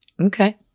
Okay